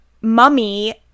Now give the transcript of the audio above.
Mummy